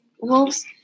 wolves